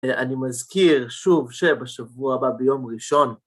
אני מזכיר שוב שבשבוע הבא ביום ראשון.